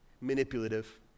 manipulative